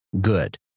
good